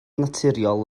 naturiol